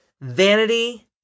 vanity